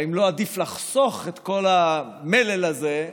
ואם לא עדיף לחסוך את כל המלל הזה,